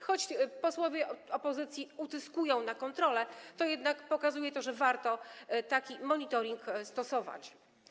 Choć posłowie opozycji utyskują na kontrole, to jednak pokazuje to, że warto taki monitoring stosować.